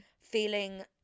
feeling